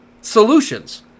solutions